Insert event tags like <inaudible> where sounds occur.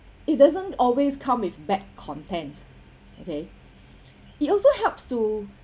it doesn't always come with bad content okay <breath> it also helps to